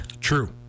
True